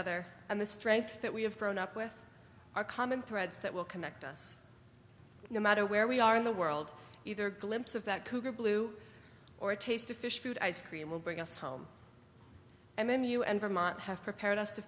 other and the strength that we have grown up with our common thread that will connect us no matter where we are in the world either glimpse of that cougar blue or a taste of fish food ice cream will bring us home and then you and vermont have prepared us to